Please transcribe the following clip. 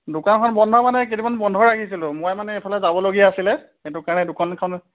দোকানখন বন্ধ মানে কেইদিনমান বন্ধ ৰাখিছিলোঁ মই মানে এফালে যাবলগীয়া আছিলে সেইটো কাৰণে দোকানখন